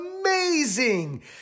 amazing